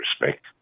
respect